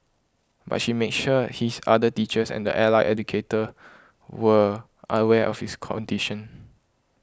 but she made sure his other teachers and the allied educator were aware of his condition